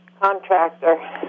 contractor